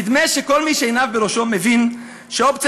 נדמה שכל מי שעיניו בראשו מבין שאופציית